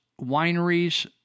wineries